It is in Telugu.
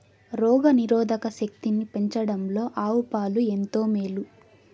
రోగ నిరోధక శక్తిని పెంచడంలో ఆవు పాలు ఎంతో మేలు